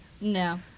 No